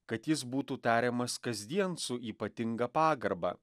kad jis būtų tariamas kasdien su ypatinga pagarba